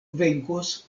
venkos